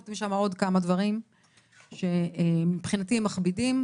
הוספתם שם עוד כמה דברים שמבחינתי הם מכבידים,